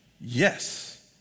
Yes